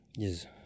Yes